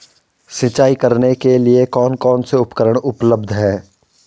सिंचाई करने के लिए कौन कौन से उपकरण उपलब्ध हैं?